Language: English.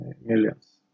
millions